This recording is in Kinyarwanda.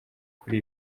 kuri